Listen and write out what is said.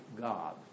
God